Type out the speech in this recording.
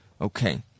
Okay